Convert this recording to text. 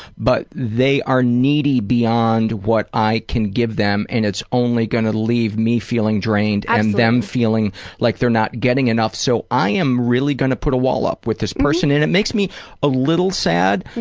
but they are needy beyond what i can give them and it's only gonna leave me feeling drained and them feeling like they're not getting enough so i am really gonna put a wall up with this person. and it makes me a little sad,